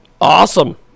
Awesome